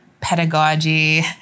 pedagogy